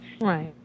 right